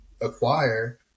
acquire